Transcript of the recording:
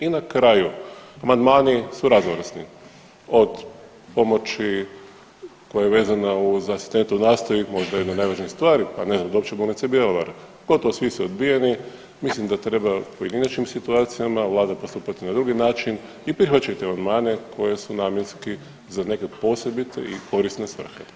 I na kraju, amandmani su raznovrsni, od pomoći koja je vezana uz asistente u nastavi možda jedno od najvažnijih stvari, pa ne znam do Opće bolnice Bjelovar, gotovo svi su odbijeni, mislim da treba u pojedinačnim situacijama vlada postupati na drugi način i prihvaćati amandmane koji su namjenski za neke posebite i korisne svrhe.